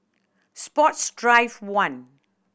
Sports Drive One